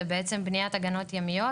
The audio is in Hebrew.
זה בעצם בניית הגנות ימיות.